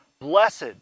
Blessed